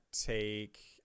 take